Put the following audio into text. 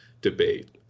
debate